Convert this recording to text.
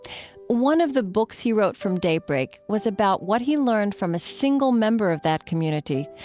one of the books he wrote from daybreak was about what he learned from a single member of that community,